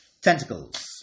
Tentacles